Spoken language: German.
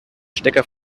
stecker